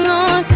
on